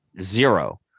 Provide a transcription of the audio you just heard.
Zero